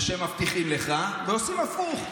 זה שהם מבטיחים לך ועושים הפוך.